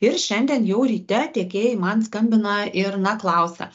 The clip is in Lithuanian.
ir šiandien jau ryte tiekėjai man skambina ir na klausia